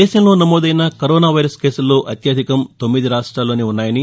దేశంలో నమోదైన corona virus కేసుల్లో అత్యధికం తొమ్మిది రాష్ట్రాల్లోనే ఉన్నాయని